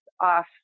off